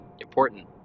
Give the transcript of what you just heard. important